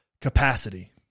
capacity